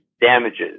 damages